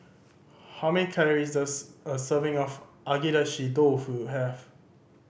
how many calories does a serving of Agedashi Dofu have